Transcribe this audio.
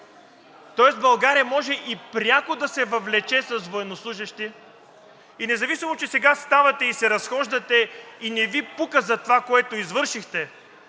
Тоест България може и пряко да се въвлече с военнослужещи, независимо че сега ставате и се разхождате и не Ви пука за това, което извършихте.